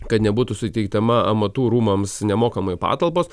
kad nebūtų suteikdama amatų rūmams nemokamai patalpos